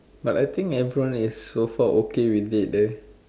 but I think everyone is so far okay with it eh